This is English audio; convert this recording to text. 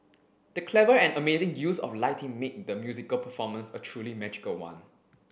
the clever and amazing use of lighting made the musical performance a truly magical one